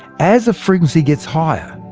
as a frequency gets higher,